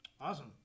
Awesome